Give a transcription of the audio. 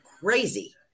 crazy